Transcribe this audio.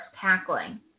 tackling